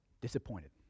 Disappointed